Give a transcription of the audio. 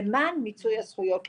למען מיצוי הזכויות.